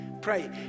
Pray